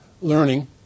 learning